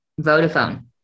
Vodafone